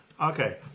Okay